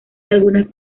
algunas